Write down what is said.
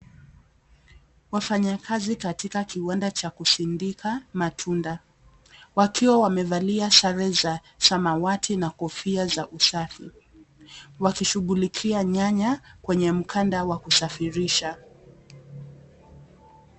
Wafanyakazi katika kiwanda cha kusindika matunda. Wakiwa wamevalia sare za samawati na kofia za usafi. Wakishughulikia nyanya kwenye mkanda wa kusafirisha.